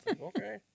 Okay